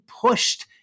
pushed